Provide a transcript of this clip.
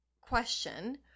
question